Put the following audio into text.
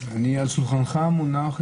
על שולחנך מונחת